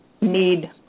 need